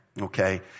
Okay